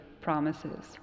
promises